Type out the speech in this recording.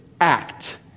act